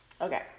Okay